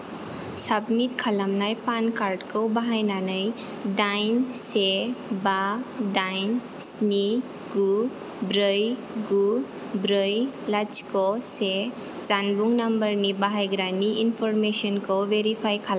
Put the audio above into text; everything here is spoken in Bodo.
साबमिट खालामनाय पान कार्ड खौ बाहायनानै दाइन से बा दाइन स्नि गु ब्रै गु ब्रै लाथिख' से जामबुं नाम्बारनि बाहायग्रानि इनफ'रमेसनखौ भेरिफाइ खालाम